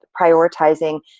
prioritizing